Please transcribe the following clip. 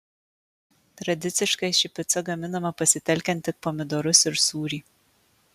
tradiciškai ši pica gaminama pasitelkiant tik pomidorus ir sūrį